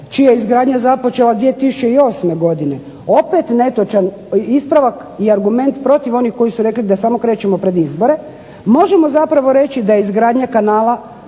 čija je izgradnja započela 2008. godine, opet ispravak i argument koji su rekli da samo krećemo pred izbore, možemo zapravo reći da je izgradnja kanala